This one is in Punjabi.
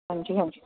ਹਾਂਜੀ ਹਾਂਜੀ